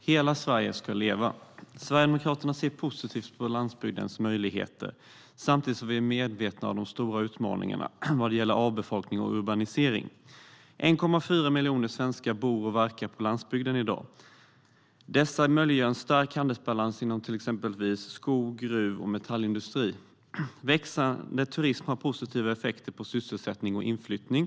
Herr talman! Hela Sverige ska leva. Sverigedemokraterna ser positivt på landsbygdens möjligheter samtidigt som vi är medvetna om de stora utmaningarna vad gäller avfolkning och urbanisering. 1,4 miljoner svenskar bor och verkar på landsbygden i dag. Dessa möjliggör en stark handelsbalans inom exempelvis skogs, gruv och metallindustri. Växande turism har positiva effekter på sysselsättning och inflyttning.